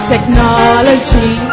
Technology